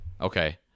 okay